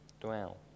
dwell